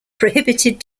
prohibited